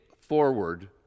forward